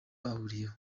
bahuriyeho